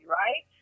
right